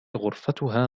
غرفتها